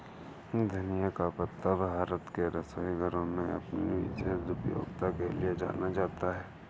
धनिया का पत्ता भारत के रसोई घरों में अपनी विशेष उपयोगिता के लिए जाना जाता है